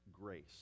grace